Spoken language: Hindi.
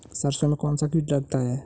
सरसों में कौनसा कीट लगता है?